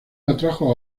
atrajo